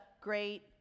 Great